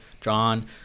John